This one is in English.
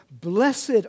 Blessed